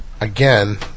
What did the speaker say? Again